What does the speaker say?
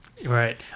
Right